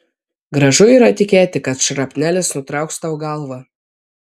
gražu yra tikėti kad šrapnelis nutrauks tau galvą